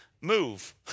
move